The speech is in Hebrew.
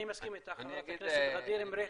אני מסכים איתך, חברת הכנסת ע'דיר מריח.